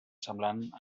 semblant